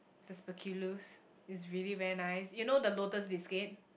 the speculoos it's really very nice you know the Lotus biscuit